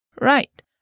Right